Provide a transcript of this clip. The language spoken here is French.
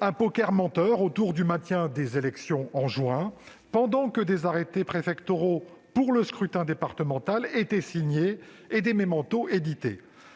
de poker menteur autour du maintien des élections en juin, tandis que des arrêtés préfectoraux pour le scrutin départemental étaient signés et des mémentos édités.